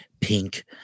pink